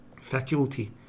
faculty